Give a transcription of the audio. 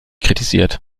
kritisiert